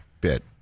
bit